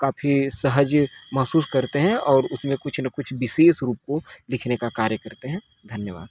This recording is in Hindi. काफी सहज महसूस करते हैं और उसमें कुछ न कुछ विशेष रूप को लिखने का कार्य करते हैं धन्यवाद